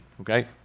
Okay